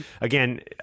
again